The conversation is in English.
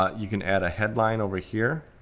ah you can add a headline over here,